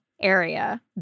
area